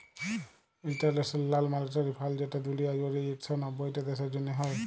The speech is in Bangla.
ইলটারল্যাশ লাল মালিটারি ফাল্ড যেট দুলিয়া জুইড়ে ইক শ নব্বইট দ্যাশের জ্যনহে হ্যয়